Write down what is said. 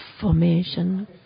formation